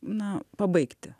na pabaigti